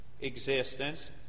existence